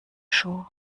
schuh